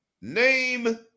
Name